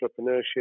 entrepreneurship